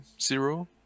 Zero